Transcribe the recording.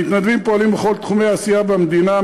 המתנדבים פועלים בכל תחומי העשייה במדינה,